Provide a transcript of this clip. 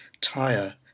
tire